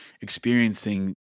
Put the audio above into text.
experiencing